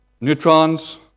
neutrons